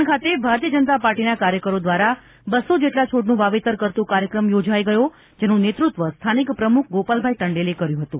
દમણ ખાતે ભારતીય જનતા પાર્ટીના કર્યકરો દ્વારા બસ્સો જેટલા છોડનું વાવેતર કરતો કાર્યક્રમ યોજાઇ ગયો જેનું નેતૃત્વ સ્થાનિક પ્રમુખ ગોપાલભાઇ ટંડેલે કર્યું હતું